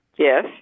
Yes